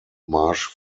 marsch